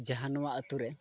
ᱡᱟᱦᱟᱸ ᱱᱚᱣᱟ ᱟᱹᱛᱩ ᱨᱮ